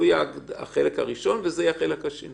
יהיה החלק הראשון וזה יהיה החלק השני.